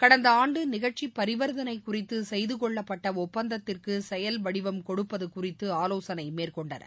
கடந்த ஆண்டு நிகழ்ச்சி பரிவர்த்தனை குறித்து செய்து கொள்ளப்பட்ட ஒப்பந்தத்திற்கு செயல்வடிவம் கொடுப்பது குறித்து ஆலோசனை மேற்கொண்டனர்